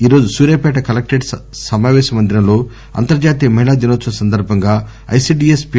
ఈరోజు సూర్యపేట కలెక్టరేట్ సమాపేశ మందిరంలో అంతర్జాతీయ మహిళ దినోత్సవం సందర్బంగా ఐసిడిఎస్ పి